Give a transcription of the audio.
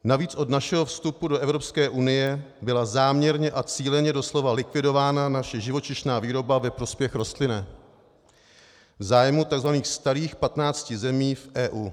Navíc od našeho vstupu do Evropské unie byla záměrně a cíleně doslova likvidována naše živočišná výroba ve prospěch rostlinné v zájmu tzv. starých patnácti zemí EU.